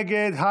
מי נגד?